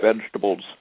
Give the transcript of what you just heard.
vegetables